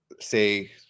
say